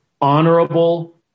honorable